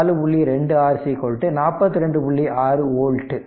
6 volt